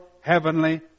heavenly